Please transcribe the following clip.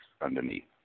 underneath